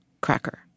cracker